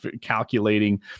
calculating